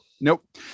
nope